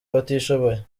abatishoboye